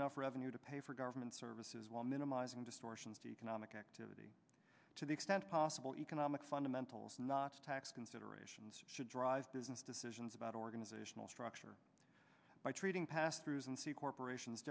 enough revenue to pay for government services while minimizing distortions economic activity to the extent possible economic fundamentals not tax considerations should drive business decisions about organizational structure by treating passthrough and see corporations